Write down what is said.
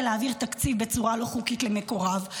להעביר תקציב בצורה לא חוקית למקורב?